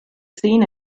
seen